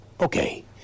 Okay